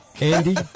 Andy